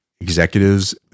executives